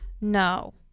No